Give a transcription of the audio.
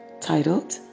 titled